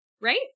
Right